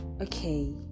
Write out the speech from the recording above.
okay